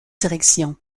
directions